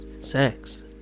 sex